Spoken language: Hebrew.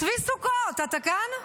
צבי סוכות, אתה כאן?